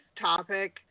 topic